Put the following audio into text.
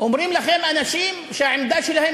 אומרים לכם אנשים שהעמדה שלהם,